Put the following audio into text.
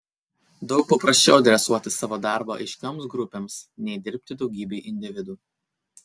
daug paprasčiau adresuoti savo darbą aiškioms grupėms nei dirbti daugybei individų